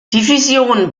division